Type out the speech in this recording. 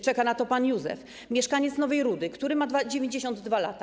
Czeka na to pan Józef, mieszkaniec Nowej Rudy, który ma 92 lata.